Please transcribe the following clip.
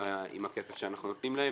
עם הכסף שאנחנו נותנים להם,